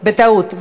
בטעות.